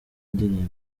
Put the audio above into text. ndirimbo